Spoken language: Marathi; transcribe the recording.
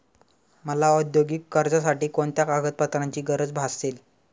मला औद्योगिक कर्जासाठी कोणत्या कागदपत्रांची गरज भासेल?